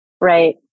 right